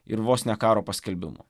ir vos ne karo paskelbimu